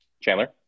Chandler